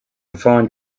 find